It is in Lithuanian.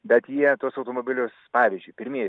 bet jie tuos automobilius pavyzdžiui pirmieji